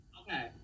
Okay